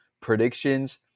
predictions